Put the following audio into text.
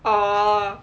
oh